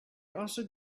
also